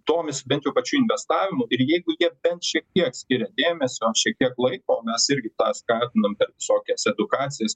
domisi bent jau pačiu investavimu ir jeigu jie bent šiek tiek skiria dėmesio šiek tiek laiko mes irgi tą skatinam per visokias edukacijas